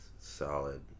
solid